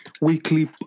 weekly